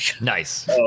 Nice